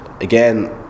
again